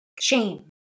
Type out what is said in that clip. shame